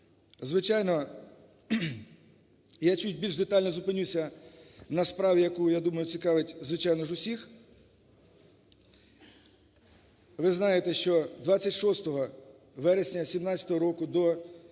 Звичайно, я чуть більш детально зупинюся на справі, яку, я думаю, цікавить, звичайно ж, усіх. Ви знаєте, що 26 вересня 2017 року до